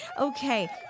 okay